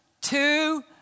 two